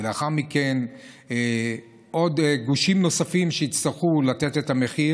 ולאחר מכן עוד גושים יצטרכו לתת את המחיר.